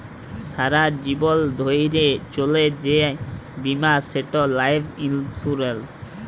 সারা জীবল ধ্যইরে চলে যে বীমা সেট লাইফ ইলসুরেল্স